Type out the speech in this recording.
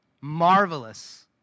marvelous